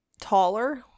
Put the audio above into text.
taller